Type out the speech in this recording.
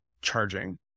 charging